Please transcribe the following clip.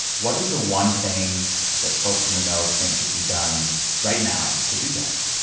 what is the one thing that folks in the know think could be done right now to do that?